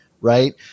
right